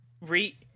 re